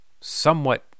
somewhat